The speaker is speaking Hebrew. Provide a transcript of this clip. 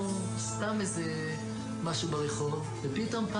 תמיד יש טענה שאנחנו משווים בין תפוזים --- רגע,